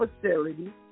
facility